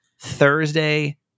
Thursday